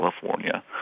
California